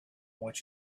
which